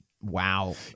Wow